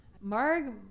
Marg